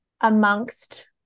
amongst